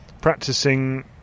practicing